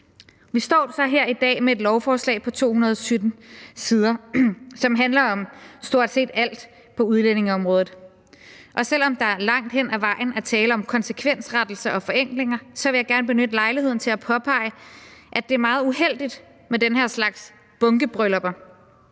Vi står så her i dag med et lovforslag på 217 sider, som handler om stort set alt på udlændingeområdet, og selv om der langt hen ad vejen er tale om konsekvensrettelser og forenklinger, vil jeg gerne benytte lejligheden til at påpege, at det er meget uheldigt med den her slags bunkebryllupper.